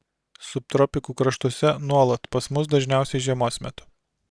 subtropikų kraštuose nuolat pas mus dažniausiai žiemos metu